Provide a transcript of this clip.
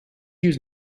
use